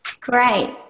Great